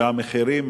והמחירים,